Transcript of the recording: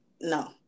no